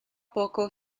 poco